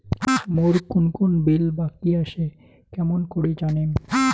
মোর কুন কুন বিল বাকি আসে কেমন করি জানিম?